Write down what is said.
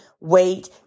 wait